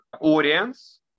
audience